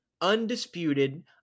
undisputed